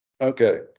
Okay